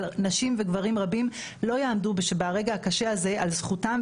אבל נשים וגברים רבים לא יעמדו ברגע הקשה הזה על זכותם,